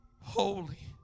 holy